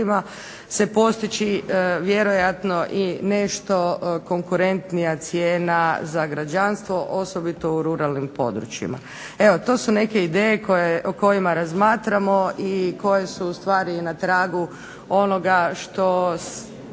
se postići nešto konkurentnija cijena za građanstvo osobito u ruralnim područjima. Eto, to su neke ideje o kojima razmatramo, koje su na tragu onoga što